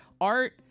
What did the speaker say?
Art